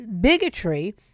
bigotry